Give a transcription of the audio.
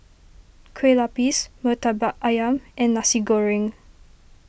Kueh Lapis Murtabak Ayam and Nasi Goreng